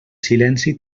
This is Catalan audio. silenci